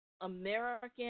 American